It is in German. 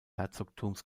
herzogtums